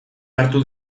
hartu